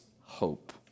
hope